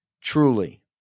truly